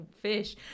fish